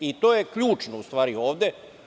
To je ključno, u stvari, ovde.